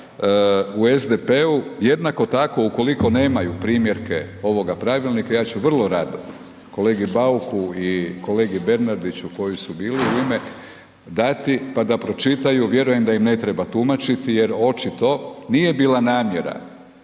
u SDP-u jednako tako ukoliko nemaju primjerke ovoga pravilnika ja ću vrlo rado kolegi Bauku i kolegi Bernardiću koji su bili u ime, dati pa da pročitaju, vjerujem da im ne treba tumačiti jer očito nije bila namjera